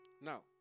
Now